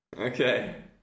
Okay